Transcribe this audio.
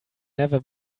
never